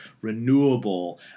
renewable